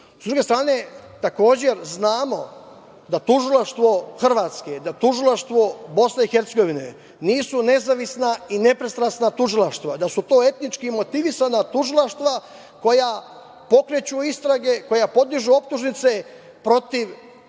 druge strane, takođe znamo da tužilaštvo Hrvatske, da tužilaštvo BiH, nisu nezavisna i ne pristrasna tužilaštva, da su to etnički motivisana tužilaštva koja pokreću istrage, koja podižu optužnice protiv Srba bez